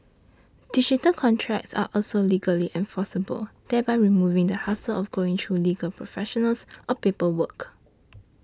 digital contracts are also legally enforceable thereby removing the hassle of going through legal professionals or paperwork